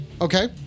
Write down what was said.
Okay